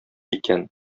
икән